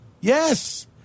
Yes